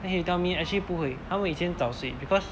then she tell me actually 不会他们以前早睡 because